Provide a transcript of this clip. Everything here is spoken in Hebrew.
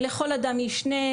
לכל אדם יש נר,